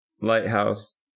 lighthouse